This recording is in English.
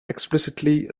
explicitly